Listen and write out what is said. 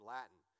Latin